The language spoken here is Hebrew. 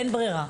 אין ברירה.